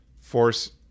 force